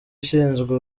ishinzwe